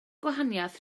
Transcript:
gwahaniaeth